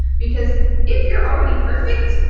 because if you're already perfect,